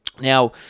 Now